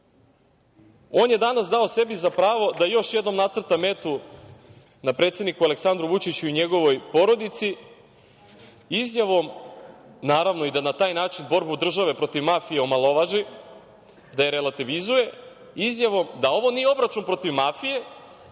je danas dao za sebi pravo da još jednom nacrta metu na predsedniku Aleksandru Vučiću i njegovoj porodici izjavom, naravno, i da na taj način borbu države protiv mafije omalovaži, da je relativizuje, izjavom da ovo nije obračun protiv mafije,